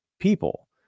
people